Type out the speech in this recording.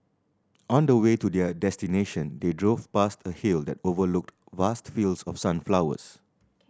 on the way to their destination they drove past a hill that overlooked vast fields of sunflowers